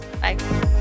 bye